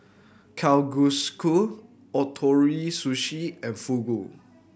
Ootoro Sushi and Fugu